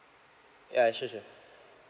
yeah sure sure